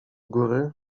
góry